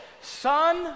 Son